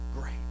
Great